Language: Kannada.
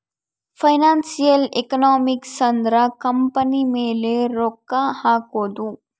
ಫೈನಾನ್ಸಿಯಲ್ ಎಕನಾಮಿಕ್ಸ್ ಅಂದ್ರ ಕಂಪನಿ ಮೇಲೆ ರೊಕ್ಕ ಹಕೋದು